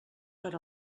per